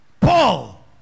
Paul